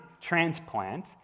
transplant